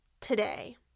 today